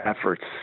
efforts